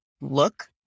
look